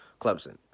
Clemson